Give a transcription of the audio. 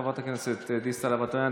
חברת הכנסת דיסטל אטבריאן,